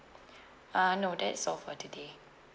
uh no that's all for today